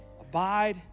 abide